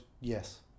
Yes